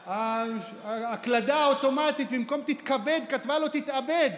ההקלדה האוטומטית, במקום "תתכבד" כתבה לו "תתאבד".